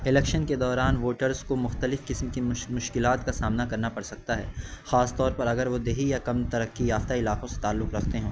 election کے دوران voters کو مختلف قسم کی مشکلات کا سامنا کرنا پڑ سکتا ہے خاص طور پر اگر وہ دیہی یا کم ترقی یافتہ علاقوں سے تعلق رکھتے ہیں